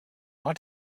want